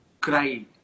cried